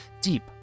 deep